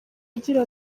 agira